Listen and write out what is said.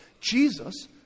Jesus